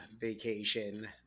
vacation